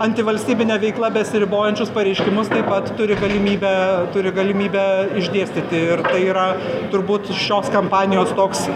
antivalstybine veikla besiribojančius pareiškimus taip pat turi galimybę turi galimybę išdėstyti ir tai yra turbūt šios kampanijos toks